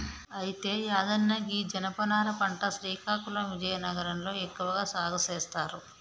అయితే యాదన్న గీ జనపనార పంట శ్రీకాకుళం విజయనగరం లో ఎక్కువగా సాగు సేస్తారు